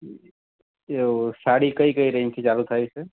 એવું સાડી કઈ કઈ રેન્જથી ચાલુ થાય છે